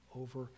over